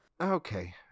okay